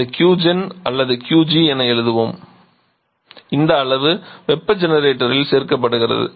எனவே இந்த Qgen அல்லது QG என எழுதுவோம் இந்த அளவு வெப்ப ஜெனரேட்டரில் சேர்க்கப்படுகிறது